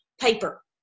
paper